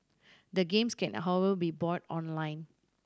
the games can however be bought online